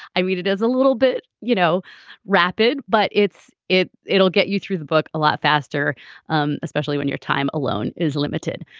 i read it as a little bit you know rapid but it's it it'll get you through the book a lot faster um especially when your time alone is limited.